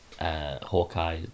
Hawkeye